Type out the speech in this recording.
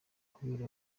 kubera